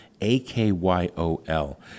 A-K-Y-O-L